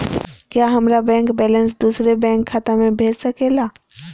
क्या हमारा bank balance दूसरे बैंक खाता में भेज सके ला?